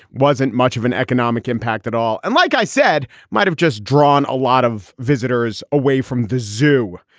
wasn't much of an economic impact at all. and like i said, might have just drawn a lot of visitors away from the zoo.